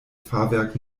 fahrwerk